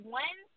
one